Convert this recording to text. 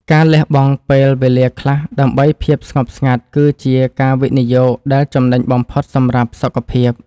ការលះបង់ពេលវេលាខ្លះដើម្បីភាពស្ងប់ស្ងាត់គឺជាការវិនិយោគដែលចំណេញបំផុតសម្រាប់សុខភាព។